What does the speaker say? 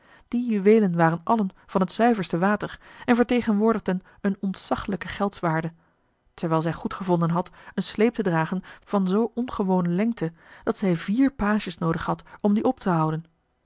die juweelen waren allen van het zuiverste water en vertegenwoordigden eene ontzaglijke geldswaarde terwijl zij goedgevonden had een sleep te dragen van zoo ongewone lengte dat zij vier pages noodig had om dien op te houden